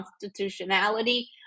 constitutionality